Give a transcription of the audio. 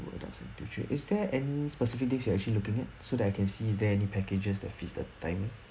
what I'm saying is there any specific things you actually looking at so that I can see is there any packages that fits the time